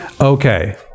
Okay